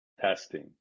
testing